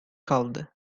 kaldı